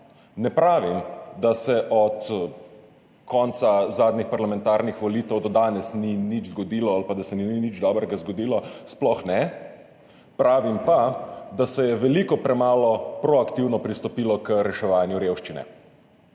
Ne pravim, da se od konca zadnjih parlamentarnih volitev do danes ni nič zgodilo ali pa, da se ni nič dobrega zgodilo, sploh ne, pravim pa, da se je veliko premalo proaktivno pristopilo k reševanju revščine.